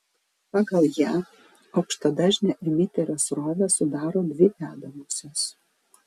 pagal ją aukštadažnę emiterio srovę sudaro dvi dedamosios